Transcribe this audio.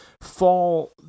fall